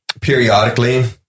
periodically